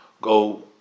go